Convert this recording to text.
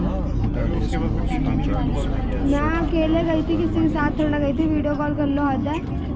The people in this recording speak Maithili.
मुदा देश मे औसतन चारि सय तिरेसठ किलोमीटर पर मंडी छै, जे बहुत कम छै